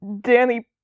Danny